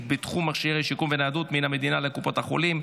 בתחום מכשירי שיקום וניידות מן המדינה לקופות החולים),